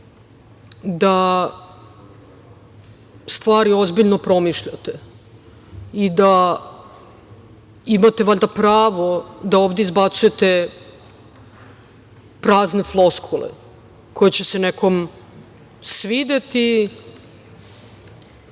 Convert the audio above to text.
da stvari ozbiljno promišljate i da imate valjda pravo da ovde izbacujete prazne floskule koje će se nekom svideti